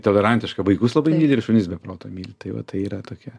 tolerantiška vaikus labai myli ir šunis be proto myli tai va tai yra tokia